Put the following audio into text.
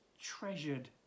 treasured